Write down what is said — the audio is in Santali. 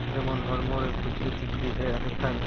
ᱡᱮᱢᱚᱱ ᱦᱚᱲᱢᱚ ᱨᱮ ᱠᱷᱩᱡᱽᱞᱤ ᱛᱩᱡᱽᱞᱤ ᱦᱮᱡ ᱞᱮᱱᱠᱷᱟᱱ